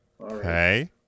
Okay